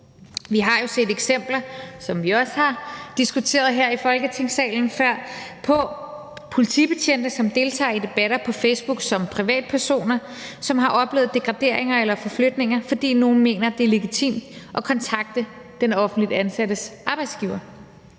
Vi har jo set eksempler, som vi også har diskuteret her i Folketingssalen før, på politibetjente, som deltager i debatter på Facebook som privatpersoner, og som har oplevet degraderinger eller forflytninger, fordi nogen mener, det er legitimt at kontakte den offentligt ansattes arbejdsgiver.